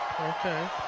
Okay